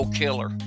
killer